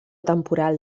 temporal